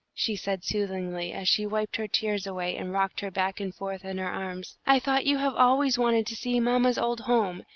she said, soothingly, as she wiped her tears away and rocked her back and forth in her arms, i thought you have always wanted to see mamma's old home,